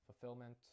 fulfillment